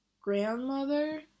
grandmother